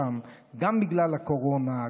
גם בגלל הקורונה,